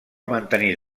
mantenir